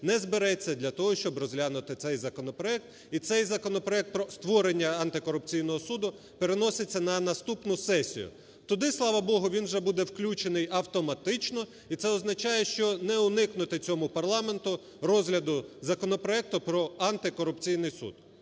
не збереться для того, щоб розглянути цей законопроект. І цей законопроект про створення антикорупційного суду переноситься на наступну сесію. Туди, слава Богу, він вже буде включений автоматично, і це означає, що не уникнути цьому парламенту розгляду законопроекту про Антикорупційний суд.